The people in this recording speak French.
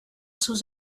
sous